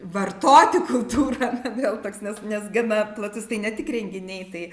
vartoti kultūrą na gal toks nes nes gana platus tai ne tik renginiai tai